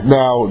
now